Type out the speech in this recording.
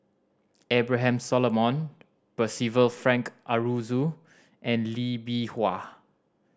Abraham Solomon Percival Frank Aroozoo and Lee Bee Wah